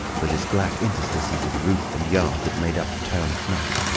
with its black interstices of roof and yard that made up the town at night.